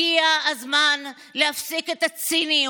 הגיע הזמן להפסיק את הציניות,